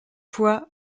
pois